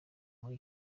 muri